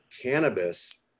cannabis